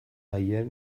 haiek